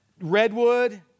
Redwood